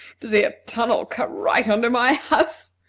to see a tunnel cut right under my house.